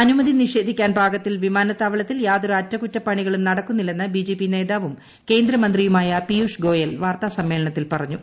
അനുമതി നിഷേധിക്കാൻ പാകത്തിൽ പ്പിമ്പാന്ത്താവളത്തിൽ യാതൊരു അറ്റക്കുറ്റപ്പണികളും നടക്കുന്നില്ല്ല്സ്റ്റ് ബി ജെ പി നേതാവും കേന്ദ്രമന്ത്രിയുമായ പീയൂഷ് ക്ടോയിൽ വാർത്താ സമ്മേളനത്തിൽ പറഞ്ഞു